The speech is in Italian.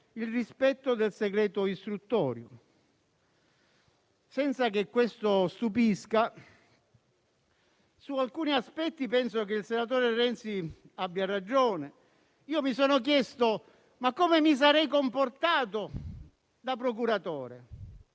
il rispetto del segreto istruttorio. Senza che questo stupisca, su alcuni aspetti penso che il senatore Renzi abbia ragione. Io mi sono chiesto come mi sarei comportato da procuratore.